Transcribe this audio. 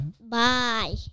Bye